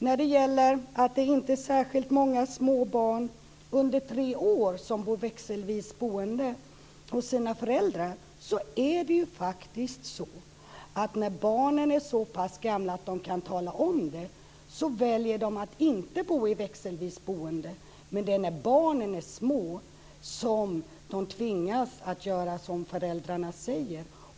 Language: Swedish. Mona Berglund Nilsson sade att det inte är särskilt många små barn under tre år som bor växelvis hos sina föräldrar. Men det är faktiskt på det sättet att när barnen är så pass gamla att de kan tala om det så väljer de att inte bo växelvis hos föräldrarna. Men det är när barnen är små som de tvingas att göra som föräldrarna säger.